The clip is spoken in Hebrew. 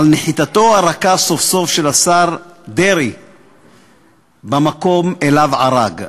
על נחיתתו הרכה סוף-סוף של השר דרעי במקום שאליו ערג.